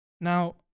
Now